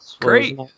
great